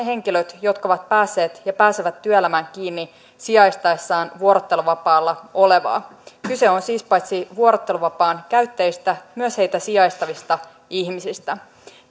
henkilöt jotka ovat päässeet ja pääsevät työelämään kiinni sijaistaessaan vuorotteluvapaalla olevaa kyse on siis paitsi vuorotteluvapaan käyttäjistä myös heitä sijaistavista ihmisistä